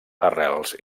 arrels